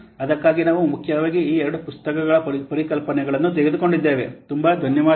ಅದಕ್ಕಾಗಿ ನಾವು ಮುಖ್ಯವಾಗಿ ಈ ಎರಡು ಪುಸ್ತಕಗಳ ಪರಿಕಲ್ಪನೆಗಳನ್ನು ತೆಗೆದುಕೊಂಡಿದ್ದೇವೆ ತುಂಬ ಧನ್ಯವಾದಗಳು